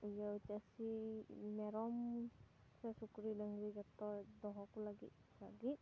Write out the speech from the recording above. ᱤᱭᱟᱹ ᱪᱟᱹᱥᱤ ᱢᱮᱨᱚᱢ ᱥᱮ ᱥᱩᱠᱨᱤ ᱰᱟᱹᱝᱨᱤ ᱡᱚᱛᱚ ᱫᱚᱦᱚ ᱠᱚ ᱞᱟᱹᱜᱤᱫ ᱞᱟᱹᱜᱤᱫ